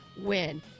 win